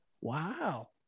wow